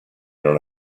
non